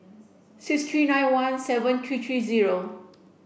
six three nine one seven three three zero